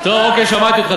טוב, אוקיי, שמעתי אותך.